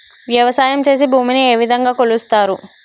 వ్యవసాయం చేసి భూమిని ఏ విధంగా కొలుస్తారు?